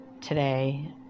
today